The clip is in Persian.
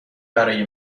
برای